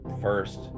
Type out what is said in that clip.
first